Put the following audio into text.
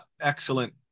Excellent